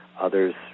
Others